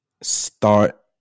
Start